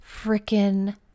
freaking